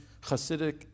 Hasidic